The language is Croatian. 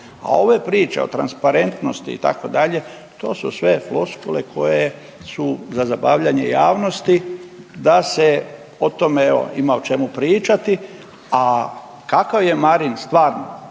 a ove priče o transparentnosti, itd., to su sve floskule koje su za zabavljanje javnosti da se o tome evo, ima o čemu pričati, a kakav je Marin stvarno,